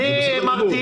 אני מקווה